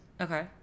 Okay